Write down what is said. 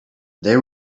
they